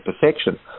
perfection